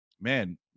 man